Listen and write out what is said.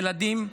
ילדים,